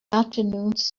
afternoons